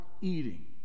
eating